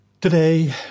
Today